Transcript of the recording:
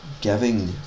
giving